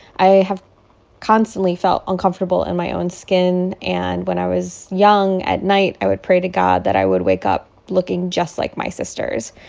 i have constantly felt uncomfortable in my own skin. and when i was young, at night i would pray to god that i would wake up looking just like my sisters.